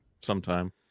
sometime